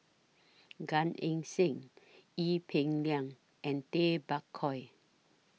Gan Eng Seng Ee Peng Liang and Tay Bak Koi